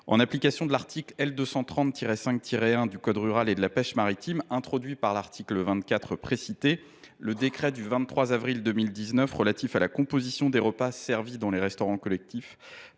En application de l’article L. 230 5 1 du code rural et de la pêche maritime, introduit par l’article 24 précité, le décret du 23 avril 2019 relatif à la composition des repas servis dans les restaurants collectifs